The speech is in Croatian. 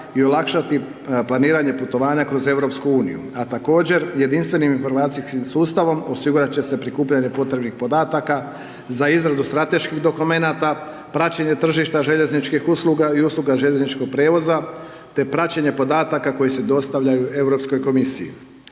i olakšati planiranje putovanja kroz EU. A također, jedinstvenim informacijskim sustavom osigurat će se prikupljanje potrebnih podataka za izradu strateških dokumenata, praćenje tržišta željezničkih usluga i usluga željezničkog prijevoza, te praćenje podataka koji se dostavljaju Europskoj komisiji.